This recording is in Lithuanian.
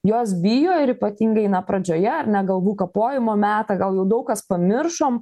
jos bijo ir ypatingai na pradžioje ar ne galvų kapojimo metą gal jau daug kas pamiršom